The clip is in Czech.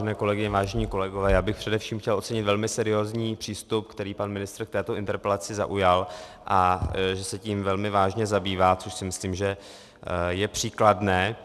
Vážené kolegyně, vážení kolegové, především bych chtěl ocenit velmi seriózní přístup, který pan ministr k této interpelaci zaujal, a že se tím velmi vážně zabývá, což si myslím, že je příkladné.